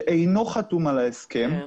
שאינו חתום על ההסכם,